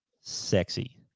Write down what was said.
sexy